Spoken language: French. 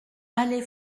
allée